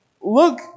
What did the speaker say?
look